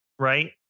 right